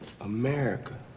America